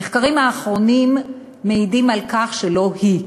המחקרים האחרונים מעידים על כך שלא היא.